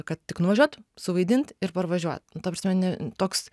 kad tik nuvažiuot suvaidint ir parvažiuot nu ta prasme ne toks